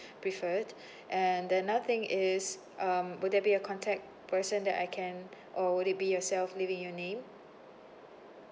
preferred and another thing is um would that be a contact person that I can or would it be yourself leaving your name